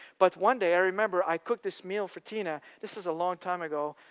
but one day, i remember, i cooked this meal for tina. this is a long time ago.